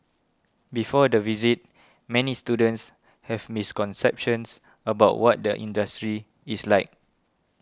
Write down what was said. before the visit many students have misconceptions about what the industry is like